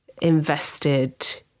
invested